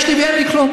יש לי ואין לי כלום.